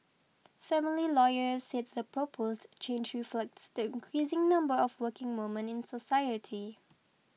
family lawyers said the proposed change reflects the increasing number of working woman in society